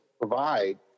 provide